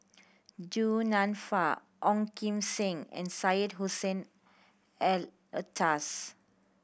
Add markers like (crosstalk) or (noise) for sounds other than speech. Du Nanfa Ong Kim Seng and Syed Hussein (unintelligible) Alatas